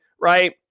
right